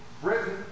Britain